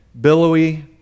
billowy